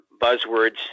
buzzwords